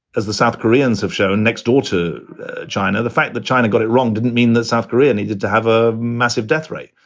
as the south koreans have shown next door to china, the fact that china got it wrong didn't mean that south korea needed to have a massive death rate,